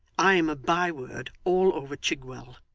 i am a bye-word all over chigwell,